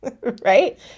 right